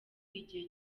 igihe